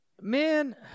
Man